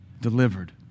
delivered